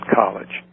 college